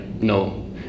no